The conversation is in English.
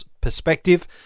perspective